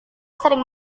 sering